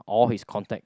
all his contact